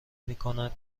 میکند